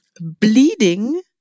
bleeding